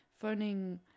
phoning